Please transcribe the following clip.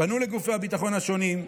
פנו לגופי הביטחון השונים,